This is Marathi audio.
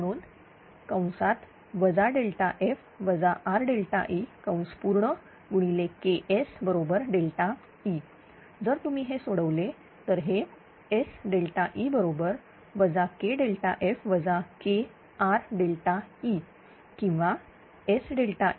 म्हणून KS E जर तुम्ही हे सोडवले तर हे SE KF KRE किंवा 𝑆ΔEKEΔE−KΔF